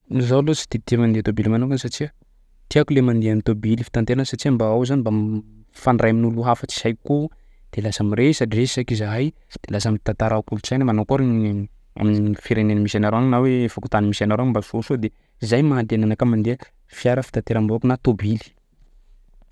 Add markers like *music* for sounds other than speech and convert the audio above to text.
Zaho aloha tsy de tia mandeha tôbily manokana satsia tiako le mandeha am'tôbily fitaterana satsia mba ao zany mba *hesitation* mifandray amin'olo hafa tsy haiko ao de lasa miresadresaky izahay de sady lasa mitantara kolotsaina manakôry ny amin'ny firenena misy anareo agny na fokontany misy anareo agny mba soasoa? De zay mahaliana anakah mandeha fiara fitateram-bahoaka na tôbily.